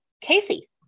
casey